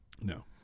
No